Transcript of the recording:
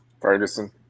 Ferguson